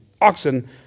oxen